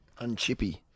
Unchippy